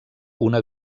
una